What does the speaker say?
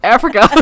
Africa